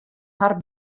har